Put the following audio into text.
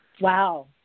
Wow